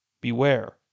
Beware